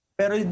pero